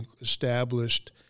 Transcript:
established